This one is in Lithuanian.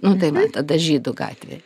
nu tai va tada žydų gatvė